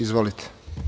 Izvolite.